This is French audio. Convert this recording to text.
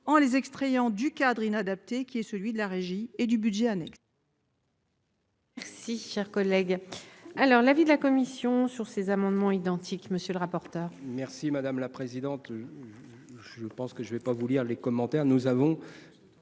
en les extrayant du cadre inadapté de la régie et du budget annexe.